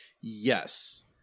Yes